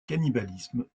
cannibalisme